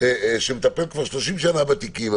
שמטפל כבר 30 שנה בתיקים,